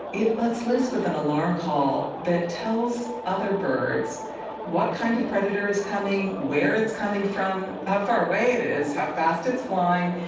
it lets loose with an alarm call that tells other birds what kind of predator is coming, where it's coming from, how far away it is, how fast it's flying,